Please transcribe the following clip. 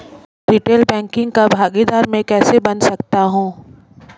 Retail banking का भागीदार मैं कैसे बन सकता हूँ?